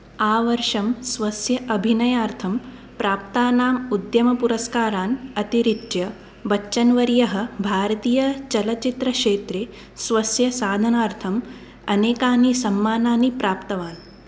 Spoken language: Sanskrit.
आवर्षं स्वस्य अभिनयार्थं प्राप्तानाम् उद्यमपुरस्कारान् अतिरिच्य बच्चन् वर्यः भारतीयचलच्चित्रक्षेत्रे स्वस्य साधनार्थम् अनेकानि सम्माननानि प्राप्तवान्